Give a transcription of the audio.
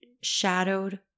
shadowed